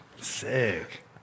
sick